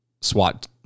SWAT